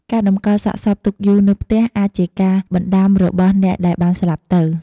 ការតម្កល់សាកសពទុកយូរនៅផ្ទះអាចជាការបណ្តាំរបស់អ្នកដែលបានស្លាប់ទៅ។